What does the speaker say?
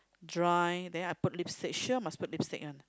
dry then I put lipstick sure must put lipstick one